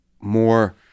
more